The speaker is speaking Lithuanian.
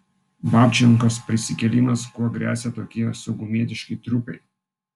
babčenkos prisikėlimas kuo gresia tokie saugumietiški triukai